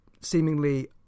seemingly